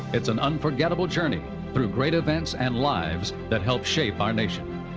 it's an unforgettable journey through great events and lives that helped shape our nation.